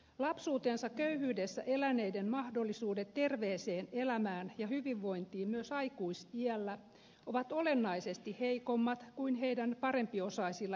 lapsuutensa köyhyydessä eläneiden mahdollisuudet terveeseen elämään ja hyvinvointiin myös aikuisiällä ovat olennaisesti heikommat kuin heidän parempiosaisilla ikätovereillaan